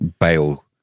bail